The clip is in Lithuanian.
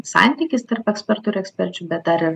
santykis tarp ekspertų ir eksperčių bet dar ir